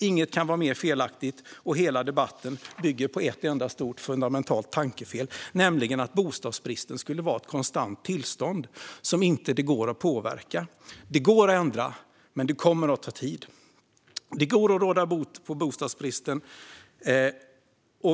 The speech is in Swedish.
Inget kan vara mer felaktigt, och hela debatten bygger på ett enda stort, fundamentalt tankefel, nämligen att bostadsbristen skulle vara ett konstant tillstånd som det inte går att påverka. Det går att ändra, men det kommer att ta tid. Det går att råda bot på bostadsbristen.